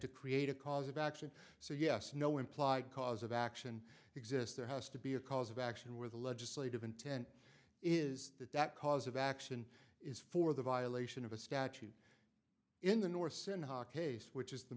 to create a cause of action so yes no implied cause of action exists there has to be a cause of action where the legislative intent is that that cause of action is for the violation of a statute in the norse in hoc case which is the